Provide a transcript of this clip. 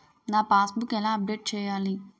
నా passbook ఎలా update చేయాలి?